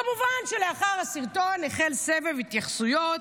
כמובן שלאחר הסרטון החל סבב התייחסויות.